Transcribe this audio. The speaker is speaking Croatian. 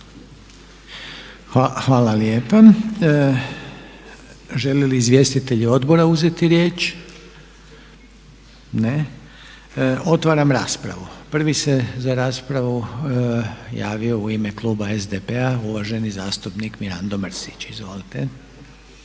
Hvala lijepa. Žele li izvjestitelji odbora uzeti riječ? Ne. Otvaram raspravu. Prvi se za raspravu javio u ime Kluba SDP-a uvaženi zastupnik Mirando Mrsić. Izvolite.